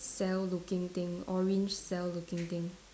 cell looking thing orange cell looking thing